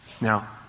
Now